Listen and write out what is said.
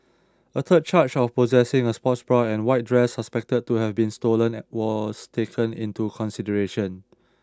a third charge of possessing a sports bra and white dress suspected to have been stolen was taken into consideration